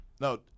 no